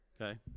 okay